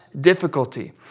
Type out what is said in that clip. difficulty